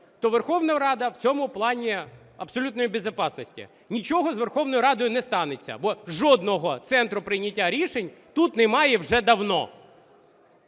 то Верховна Рада в цьому плані в абсолютной безопасности, нічого з Верховною Радою не станеться, бо жодного центру прийняття рішень тут немає вже давно.